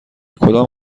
کدام